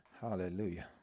Hallelujah